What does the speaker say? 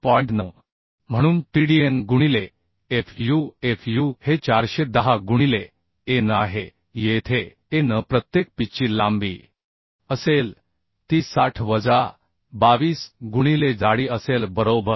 9 म्हणून tdn गुणिले f u f u हे 410 गुणिले a n आहे येथे a n प्रत्येक पिचची लांबी असेल ती 60 वजा 22 गुणिले जाडी असेल बरोबर